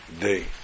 day